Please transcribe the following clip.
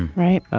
right.